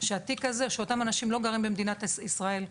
שאותם אנשים לא גרים במדינת ישראל.